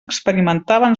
experimentaven